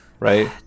right